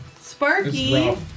Sparky